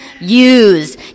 use